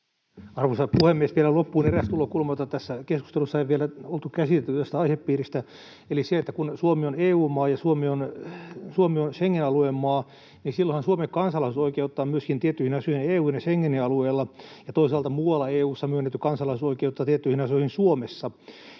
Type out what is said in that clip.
Arvoisa puhemies! Vielä loppuun eräs tulokulma, jota tässä keskustelussa ei vielä oltu käsitelty tästä aihepiiristä, eli se, että kun Suomi on EU-maa ja Suomi on Schengen-alueen maa, niin silloinhan Suomen kansalaisuus oikeuttaa myöskin tiettyihin asioihin EU:n ja Schengenin alueella ja toisaalta muualla EU:ssa myönnetty kansalaisuus oikeuttaa tiettyihin asioihin Suomessa.